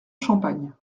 champagne